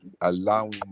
allowing